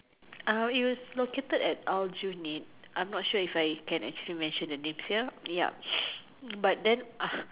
uh it was located at Aljunied I'm not sure if I can actually mention the name here ya but then